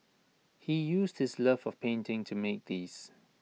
he used his love of painting to make these